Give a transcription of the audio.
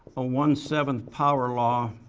a one-seventh power law